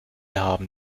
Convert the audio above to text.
haben